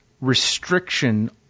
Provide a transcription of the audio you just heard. restriction